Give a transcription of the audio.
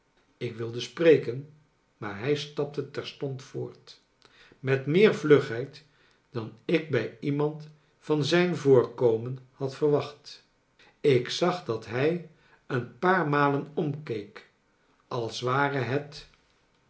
ik wilde spreken maar hij stapte terstond voort met meer vlugheid dan ik bij iemand van zijn voorkomen had verwacht ik zag dat hij een paar malen omkeek als ware het